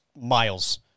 miles